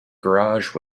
garage